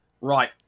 Right